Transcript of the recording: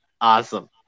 awesome